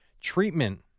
Treatment